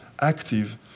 active